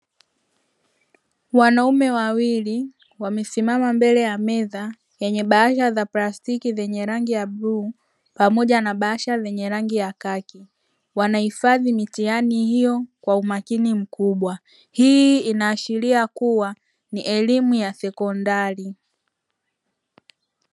Wanaume wawili wamesimama mbele ya meza yenye bahasha za plastiki yenye rangi ya bluu pamoja na bahasha za khaki, wanahifadhi mitihani hiyo kwa umakini mkubwa hii inaashiria kuwa ni elimu ya sekondari.